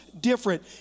different